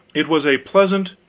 it was a pleasant,